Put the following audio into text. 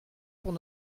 pour